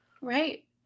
Right